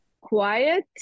quiet